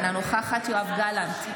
אינה נוכחת יואב גלנט,